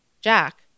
Jack